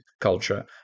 culture